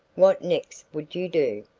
what next would you do?